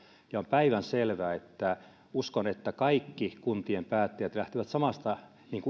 on päivänselvää että uskon että kaikki kuntien päättäjät lähtevät samasta